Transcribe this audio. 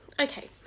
okay